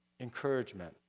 encouragement